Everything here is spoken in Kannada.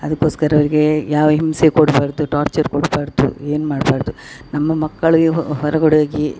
ಅದಕ್ಕೋಸ್ಕರ ಅವರಿಗೆ ಯಾವ ಹಿಂಸೆ ಕೊಡ್ಬಾರದು ಟಾರ್ಚರ್ ಕೊಡ್ಬಾರದು ಏನು ಮಾಡ್ಬಾರದು ನಮ್ಮ ಮಕ್ಕಳಿಗೆ ಹೊರಗಡೆ ಹೋಗಿ